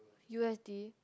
U S D